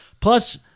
Plus